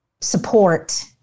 support